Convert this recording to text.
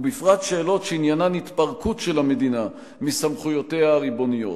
ובפרט שאלות שעניינן התפרקות של המדינה מסמכויותיה הריבוניות.